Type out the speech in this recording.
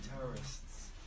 terrorists